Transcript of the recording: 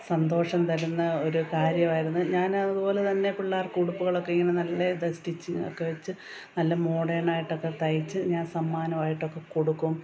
സന്തോഷം തരുന്ന ഒരു കാര്യമായിരുന്നു ഞാനതുപോലെ തന്നെ പിള്ളേർക്ക് ഉടുപ്പുകളൊക്കെ ഇങ്ങനെ നല്ല ബെസ്റ്റ് സ്റ്റിച്ചിങ് ഒക്കെ വെച്ച് നല്ല മോഡേൺ ആയിട്ടൊക്കെ തയ്ച്ചു ഞാൻ സമ്മാനമായിട്ടൊക്കെ കൊടുക്കും